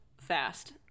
fast